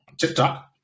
TikTok